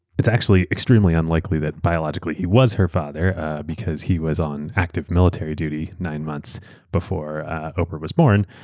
it's actually extremely unlikely that biologically he was her father because he was on active military duty nine months before ah oprah was born,